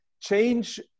change